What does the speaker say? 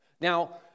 Now